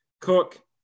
Cook